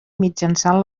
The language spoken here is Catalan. mitjançant